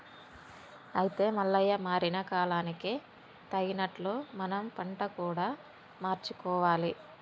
అయితే మల్లయ్య మారిన కాలానికి తగినట్లు మనం పంట కూడా మార్చుకోవాలి